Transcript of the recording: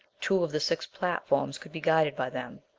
two of the six platforms could be guided by them.